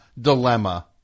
dilemma